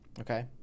Okay